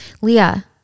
Leah